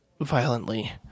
violently